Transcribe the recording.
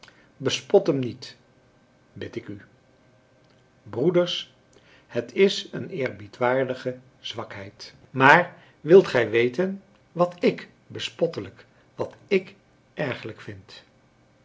hem niet bid ik u broeders het is een eerbiedwaardige zwakheid maar wilt gij weten wat ik bespottelijk wat ik ergerlijk vind